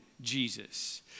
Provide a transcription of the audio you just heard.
Jesus